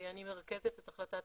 אני מרכזת את החלטת